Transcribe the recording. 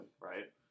right